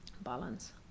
balance